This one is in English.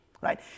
right